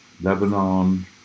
Lebanon